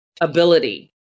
ability